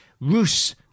Rus